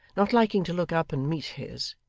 not liking to look up and meet his,